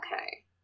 Okay